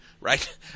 right